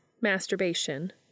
Masturbation